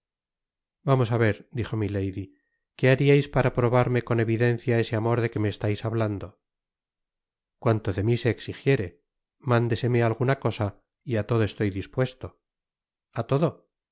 vamos á ver dijo milady que hariais para probarme con evidencia ese amor de que me estais hablando cuanto de mi se exijiere mándeseme alguna cosa y á todo estoy dispuesto a todo